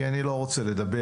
כי אני לא רוצה לדבר.